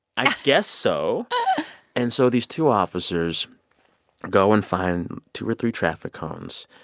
i guess so and so these two officers go and find two or three traffic cones,